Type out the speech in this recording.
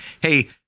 hey